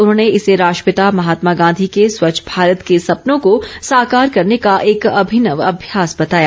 उन्होंने इसे राष्ट्रपिता महात्मा गांधी के स्वच्छ भारत के सपनों को साकार करने का एक अभिनव अभ्यास बताया